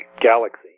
galaxy